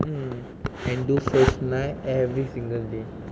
mm and do slow nights every single day